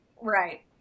Right